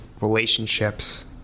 relationships